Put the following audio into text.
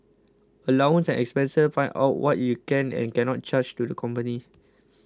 allowance and expenses find out what you can and cannot charge to the company